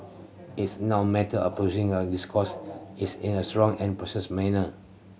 it's now matter this course is in a strong and manner